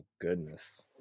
goodness